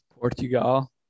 Portugal